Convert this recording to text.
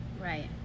Right